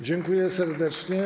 Dziękuję serdecznie.